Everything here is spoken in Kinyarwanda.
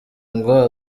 ngo